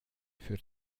für